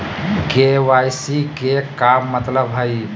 KYC के का मतलब हई?